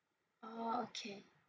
oo okay